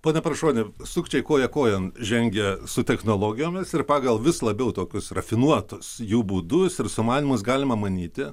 pone paršoni sukčiai koja kojon žengia su technologijomis ir pagal vis labiau tokius rafinuotus jų būdus ir sumanymus galima manyti